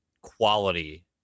quality